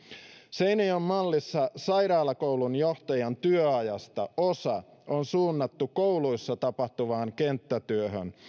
seinäjoen mallissa sairaalakoulun johtajan työajasta osa on suunnattu kouluissa tapahtuvaan kenttätyöhön